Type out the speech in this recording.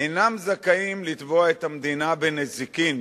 אינם זכאים לתבוע את המדינה בנזיקין,